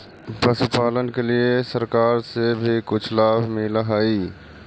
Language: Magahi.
पशुपालन के लिए सरकार से भी कुछ लाभ मिलै हई?